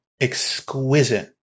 exquisite